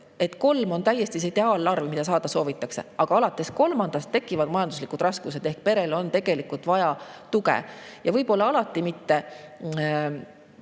et kolm on täiesti ideaalne arv, mida saada soovitakse. Aga alates kolmandast tekivad majanduslikud raskused ehk perel on tegelikult vaja tuge ja võib-olla alati mitte